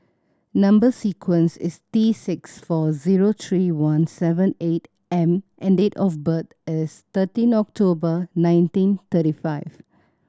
number sequence is T six four zero three one seven eight M and date of birth is thirteen October nineteen thirty five